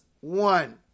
one